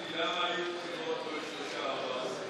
שאלתי, למה היו בחירות כל שלושה-ארבעה חודשים?